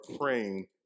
praying